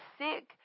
sick